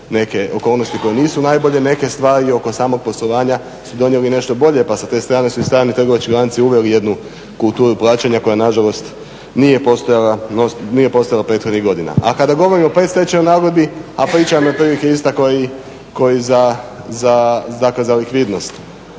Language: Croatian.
neke okolnosti koje nisu najbolje, neke stvari oko samog poslovanja su donijele nešto bolje pa sa te strane su i strani trgovački lanci uveli jednu kulturu plaćanja koja nažalost nije postojala prethodnih godina. A kada govorimo o predstečajnoj nagodbi, a priča je otprilike ista kao i za Zakon